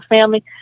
family